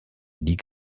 die